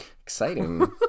exciting